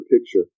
picture